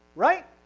right?